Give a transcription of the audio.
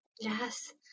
Yes